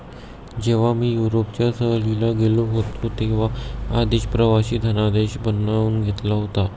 जेव्हा मी युरोपच्या सहलीला गेलो होतो तेव्हा मी आधीच प्रवासी धनादेश बनवून घेतला होता